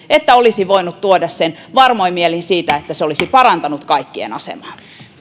että olisin voinut tuoda sen varmoin mielin siitä että se olisi parantanut kaikkien asemaa